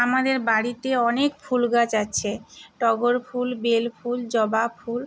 আমাদের বাড়িতে অনেক ফুল গাছ আছে টগর ফুল বেল ফুল জবা ফুল